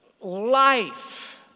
life